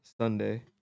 Sunday